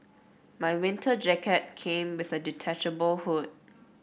my winter jacket came with a detachable hood